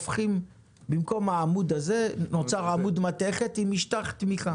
במקום העמוד הזה נוצר עמוד מתכת עם משטח תמיכה.